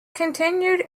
continued